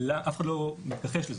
אף אחד לא מתכחש לזה,